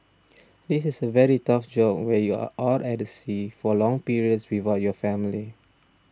this is a very tough job where you are out at the sea for long periods without your family